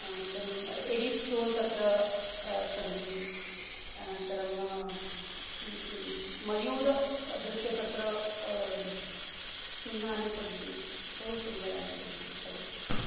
अनन्तरम् एडि स्टोन् तत्र सन्ति अनन्तरं किं मयूरसदृशः तत्र चिह्नानि सन्ति बहु सुन्दराणि सन्ति पर्याप्तम्